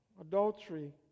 Adultery